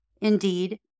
Indeed